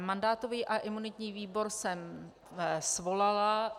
Mandátový a imunitní výbor jsem svolala.